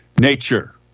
nature